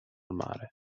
mare